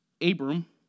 Abram